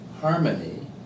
harmony